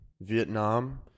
Vietnam